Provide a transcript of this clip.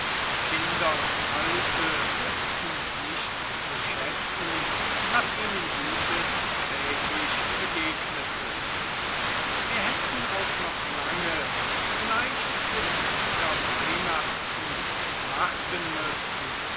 kinder und alte wüßten nicht zu schätzen was ihnen gutes täglich begegnete wir hätten auch noch lange vielleicht bis wieder weihnachten warten müssen